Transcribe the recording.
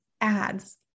ads